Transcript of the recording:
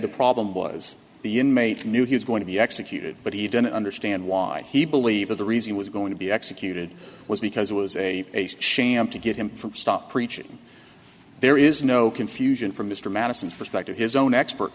the problem was the inmates knew he was going to be executed but he didn't understand why he believe the reason was going to be executed was because it was a sham to get him from stop preaching there is no confusion for mr madison's perspective his own expert